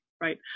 right